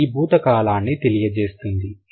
ఇది భూత కాలాన్ని తెలియజేస్తుంది